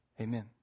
amen